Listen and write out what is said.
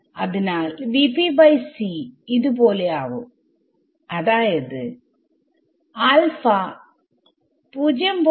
അതിനാൽ ഇത് പോലെ ആവും അതായത് ആൽഫ 0